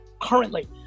currently